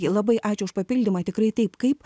labai ačiū už papildymą tikrai taip kaip